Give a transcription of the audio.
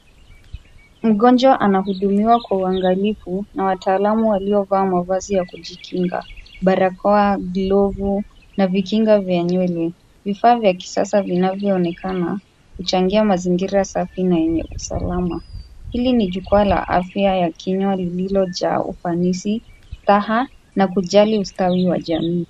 Mgonjwa anahudumiwa kwa uangalifu na wataalamu waliovaa mavazi ya kujikinga. Barakoa, glovu na vikinga vya nywele. Vifaa vya kisasa vinavyoonekana huchangia mazingira safi na yenye usalama. Hili ni jukkwaa la afya ya kinywa lililojaa ufanisi, staha na kujali ustawi wa jamii.